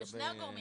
בשני הגורמים.